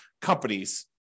companies